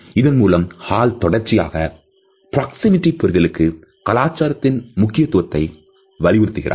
இதன் மூலம் ஹால் தொடர்ச்சியாக பிராக்சிமிடி புரிதலுக்கு கலாச்சாரத்தின் முக்கியத்துவத்தை வலியுறுத்துகிறார்